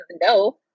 no